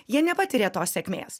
jie nepatiria tos sėkmės